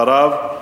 אחריו,